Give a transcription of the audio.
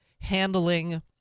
handling